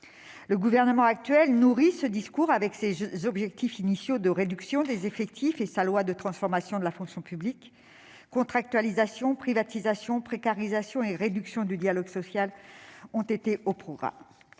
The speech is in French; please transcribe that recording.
Le gouvernement actuel a nourri ce discours, avec ses objectifs initiaux de réduction des effectifs et sa loi de transformation de la fonction publique. Contractualisation, privatisation, précarisation et réduction du dialogue social ont été au programme.